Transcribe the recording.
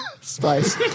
Spice